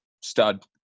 stud